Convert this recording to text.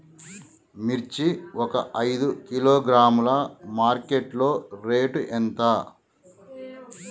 మిర్చి ఒక ఐదు కిలోగ్రాముల మార్కెట్ లో రేటు ఎంత?